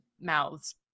mouths